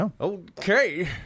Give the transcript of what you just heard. okay